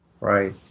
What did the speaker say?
Right